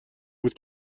بود